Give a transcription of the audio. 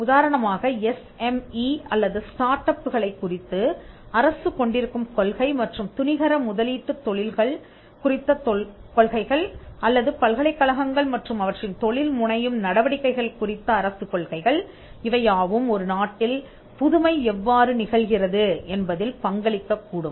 உதாரணமாக S M E அல்லது startup களைக் குறித்து அரசு கொண்டிருக்கும் கொள்கை மற்றும் துணிகர முதலீட்டுத் தொழில்கள் குறித்த கொள்கைகள் அல்லது பல்கலைக்கழகங்கள் மற்றும் அவற்றின் தொழில்முனையும் நடவடிக்கைகள் குறித்த அரசு கொள்கைகள் இவையாவும் ஒரு நாட்டில் புதுமை எவ்வாறு நிகழ்கிறது என்பதில் பங்களிக்கக் கூடும்